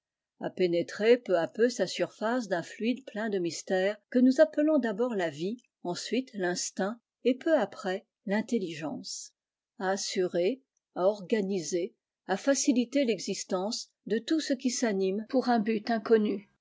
à pénétrer peu à peu sa surface d'un fluide plein de mystère que nous appelons d'abord la vie ensuite l'instinct et peu après l'intelligence à assurer à organiser à faciliter l'existence de tout ce qui s'anin pour un but inconnu